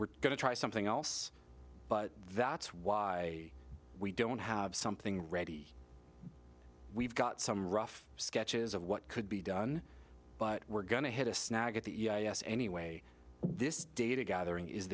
we're going to try something else but that's why we don't have something ready we've got some rough sketches of what could be done but we're going to hit a snag that yes anyway this data gathering is